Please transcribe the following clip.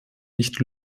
nicht